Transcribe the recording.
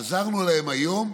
עזרנו להם היום,